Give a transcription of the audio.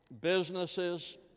Businesses